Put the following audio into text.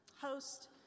host